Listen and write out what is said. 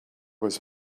was